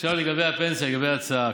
עכשיו לגבי הפנסיה, לגבי ההצעה.